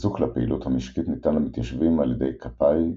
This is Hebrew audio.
חיזוק לפעילות המשקית ניתן למתיישבים על ידי קפא"י,